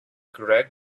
gregg